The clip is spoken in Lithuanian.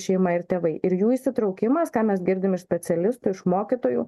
šeima ir tėvai ir jų įsitraukimas ką mes girdim iš specialistų iš mokytojų